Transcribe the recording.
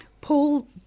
Paul